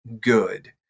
good